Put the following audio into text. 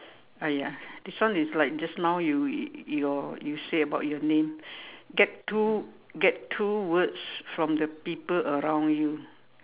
!aiya! this one is like just now you your you say about your name get two get two words from the people around you